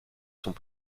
sont